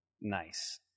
nice